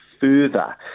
further